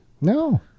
no